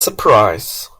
surprise